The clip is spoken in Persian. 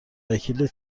وکیل